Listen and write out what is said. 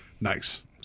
Nice